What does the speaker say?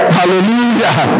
Hallelujah